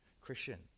Christian